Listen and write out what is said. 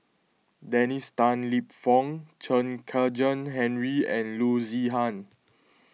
Dennis Tan Lip Fong Chen Kezhan Henri and Loo Zihan